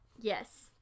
yes